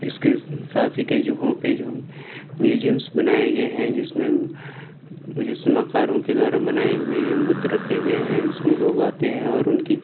اس کے ساتھ ہی کئی جگہوں پہ جو میوزیمس بنائے گئے ہیں جس میں مجسمہ كاروں كے دوارا بنائے ہوئے بُت ركھے گئے جس ميں لوگ آتے ہیں اور ان کی